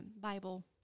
Bible